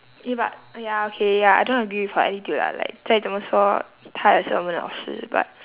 eh but uh ya okay ya I don't agree with her attitude lah like 再怎么说他也是我们的老师 but